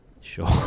Sure